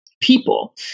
people